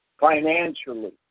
financially